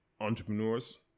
entrepreneurs